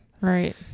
right